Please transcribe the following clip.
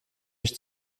mich